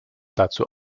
dazu